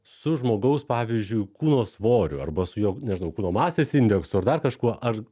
su žmogaus pavyzdžiui kūno svoriu arba su juo nežinau kūno masės indeksu ar dar kažkuo ar